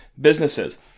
businesses